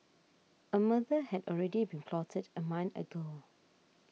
a murder had already been plotted a month ago